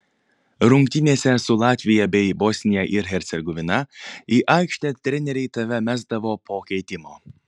rungtynėse su latvija bei bosnija ir hercegovina į aikštę treneriai tave mesdavo po keitimo